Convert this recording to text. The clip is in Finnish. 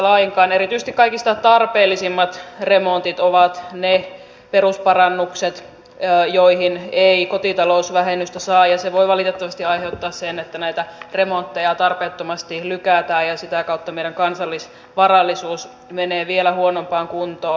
erityisesti kaikista tarpeellisimmat remontit ovat ne perusparannukset joihin ei kotitalousvähennystä saa ja se voi valitettavasti aiheuttaa sen että näitä remontteja tarpeettomasti lykätään ja sitä kautta meidän kansallisvarallisuus menee vielä huonompaan kuntoon